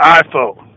iPhone